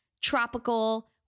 tropical